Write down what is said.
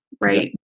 right